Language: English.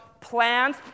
plans